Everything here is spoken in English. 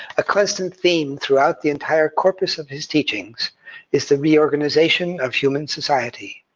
a constant theme throughout the entire corpus of his teachings is the reorganization of human society.